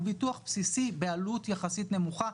הוא ביטוח בסיסי בעלות יחסית נמוכה,